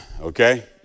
Okay